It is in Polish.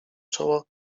czoło